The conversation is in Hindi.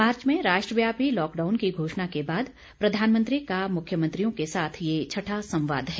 मार्च में राष्ट्रव्यापी लॉकडाउन की घोषणा के बाद प्रधानमंत्री का मुख्यमंत्रियों के साथ यह छठा संवाद है